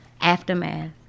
Aftermath